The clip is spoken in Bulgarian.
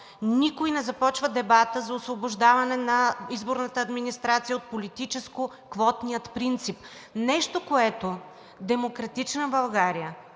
никой не започва дебата за освобождаване на изборната администрация от политическо-квотния принцип – нещо, на което „Демократична България“